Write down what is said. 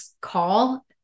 call